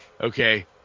Okay